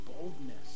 boldness